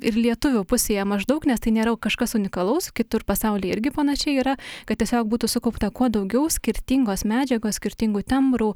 ir lietuvių pusėje maždaug nes tai nėra kažkas unikalaus kitur pasauly irgi panašiai yra kad tiesiog būtų sukaupta kuo daugiau skirtingos medžiagos skirtingų tembrų